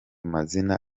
mazina